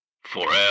FOREVER